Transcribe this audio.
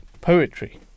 poetry